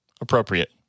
Appropriate